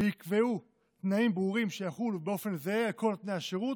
ויקבעו תנאים ברורים שיחולו באופן זהה על כל נותני השירות,